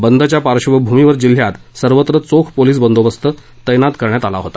बंदच्या पार्श्वभूमीवर जिल्ह्यात सर्वत्र चोख पोलिस बंदोबस्त तैनात करण्यात आला होता